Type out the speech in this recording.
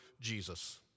Jesus